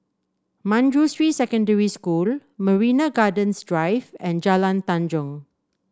Manjusri Secondary School Marina Gardens Drive and Jalan Tanjong